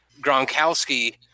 Gronkowski